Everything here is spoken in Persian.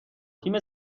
تیم